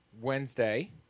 Wednesday